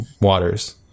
waters